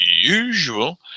usual